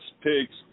pigs